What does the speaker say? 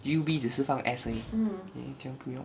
U B 只是放 s 而已 K 这样不用